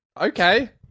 Okay